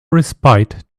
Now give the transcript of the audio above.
respite